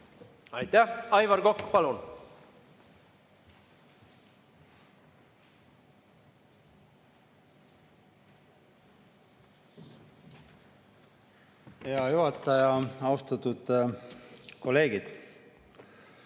Aitäh! Aivar Kokk, palun! Hea juhataja! Austatud kolleegid!